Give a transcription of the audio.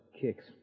kicks